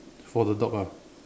for the dog ah